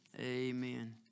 amen